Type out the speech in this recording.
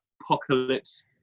Apocalypse